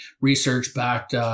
research-backed